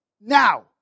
now